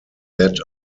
that